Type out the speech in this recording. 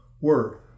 word